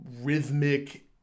rhythmic